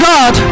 God